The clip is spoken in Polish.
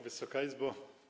Wysoka Izbo!